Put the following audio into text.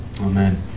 Amen